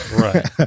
Right